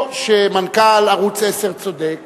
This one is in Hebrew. או שמנכ"ל ערוץ-10 צודק,